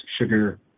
sugar